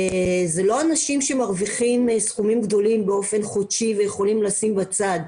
אלו לא אנשים שמרוויחים סכומים גדולים באופן חודשי ויכולים לשים בצד.